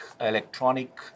electronic